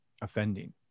offending